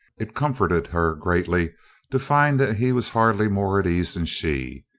it comforted her greatly to find that he was hardly more at ease than she.